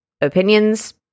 opinions